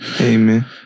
Amen